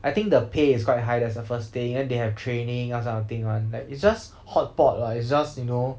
I think the pay is quite high that's the first thing and they have training or those kind of thing one like it's just hotpot what it's just you know